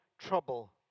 trouble